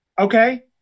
okay